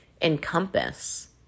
encompass